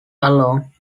along